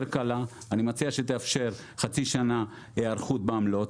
קלה אני מציע שתאפשר חצי שנה היערכות בעמלות,